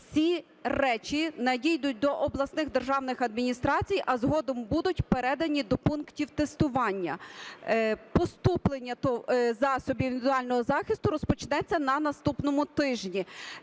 Всі речі надійдуть до обласних державних адміністрацій, а згодом будуть передані до пунктів тестування. Поступлення засобів індивідуального захисту розпочнеться на наступному тижні.